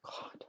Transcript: God